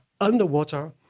underwater